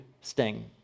sting